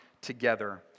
together